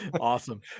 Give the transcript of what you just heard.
Awesome